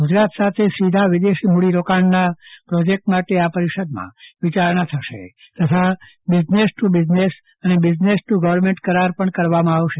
ગૂજરાત સાથે સીદ્યા વિદેશી મૂડીરોકાણના પ્રોજેક્ટ માટે આ પરિષદમાં વિચારણા થશે તથા બિઝનેસ ટ્ બિઝનેસ અને બિઝનેસ ટ્ર્ ગવર્મેન્ટ કરાર પણ કરવામાં આવશે